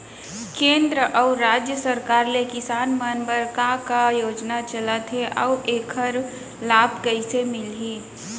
केंद्र अऊ राज्य सरकार ले किसान मन बर का का योजना चलत हे अऊ एखर लाभ कइसे मिलही?